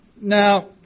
Now